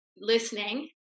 listening